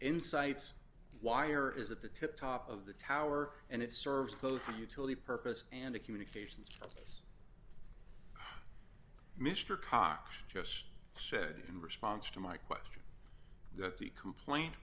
insights wire is at the tip top of the tower and it serves both of utility purpose and a communications mr cox just said in response to my question that the complaint